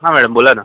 हां मॅळम बोला ना